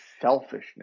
selfishness